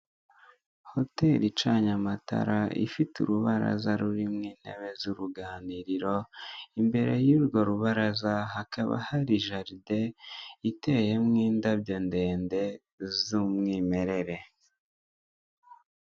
Hoteli icanye amatara, ifite urubaraza rurimo intebe z'uruganiriro, imbere y'urwo rubaraza hakaba hari jaride iteyemo indabyo ndende z'umwimerere.